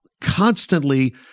constantly